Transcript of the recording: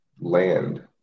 land